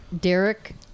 Derek